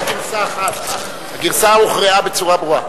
הגרסה הוכרעה בצורה ברורה.